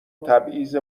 تبعیض